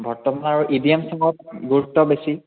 বৰ্তমানৰ E D M ছঙৰ গুৰুত্ব বেছি